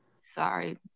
Sorry